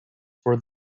for